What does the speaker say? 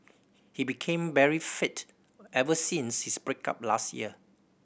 he became very fit ever since his break up last year